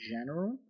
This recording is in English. general